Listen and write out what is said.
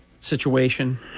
situation